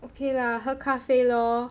okay lah 喝咖啡 lor